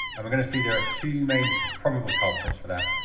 we're going to see there are two main probable culprits for that.